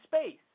space